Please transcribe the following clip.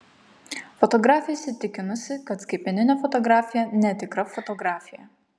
fotografė įsitikinusi kad skaitmeninė fotografija netikra fotografija